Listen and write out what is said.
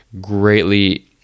greatly